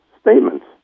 statements